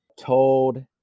told